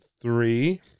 Three